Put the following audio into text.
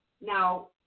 Now